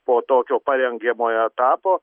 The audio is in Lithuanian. po tokio parengiamojo etapo